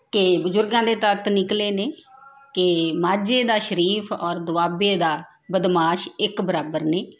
ਕਿ ਬਜ਼ੁਰਗਾਂ ਦੇ ਤੱਤ ਨਿਕਲੇ ਨੇ ਕਿ ਮਾਝੇ ਦਾ ਸ਼ਰੀਫ ਔਰ ਦੁਆਬੇ ਦਾ ਬਦਮਾਸ਼ ਇੱਕ ਬਰਾਬਰ ਨੇ